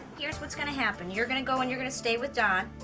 here's what's gonna happen you're gonna go, and you're gonna stay with don,